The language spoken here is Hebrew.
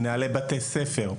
מנהלי בתי ספר,